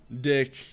Dick